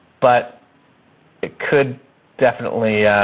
but it could definitely,